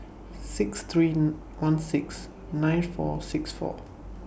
six three one six nine four six four